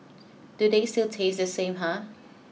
do they still taste the same ah